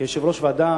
כיושב-ראש ועדה